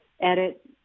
edit